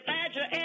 Badger